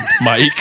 Mike